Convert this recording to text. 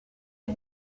est